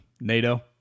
NATO